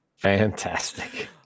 Fantastic